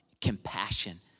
compassion